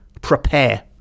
prepare